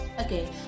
Okay